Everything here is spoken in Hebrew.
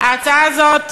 ההצעה הזו,